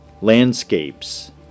landscapes